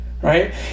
Right